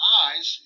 eyes